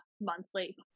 monthly